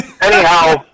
anyhow